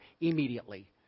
immediately